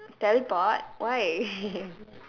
teleport why